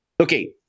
Okay